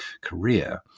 career